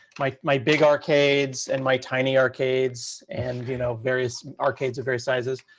like my big arcades and my tiny arcades and you know various arcades of various sizes.